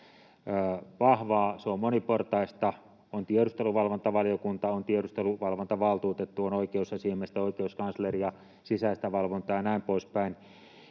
vahvaa, se on moniportaista. On tiedusteluvalvontavaliokunta, on tiedusteluvalvontavaltuutettu, on oikeusasiamiestä, oikeuskansleria, sisäistä valvontaa ja näin poispäin.